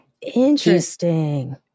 Interesting